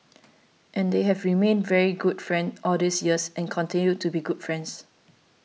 and they have remained very good friends all these years and continue to be good friends